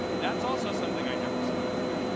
that's also something i never saw coming.